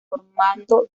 formando